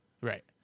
Right